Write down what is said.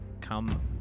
come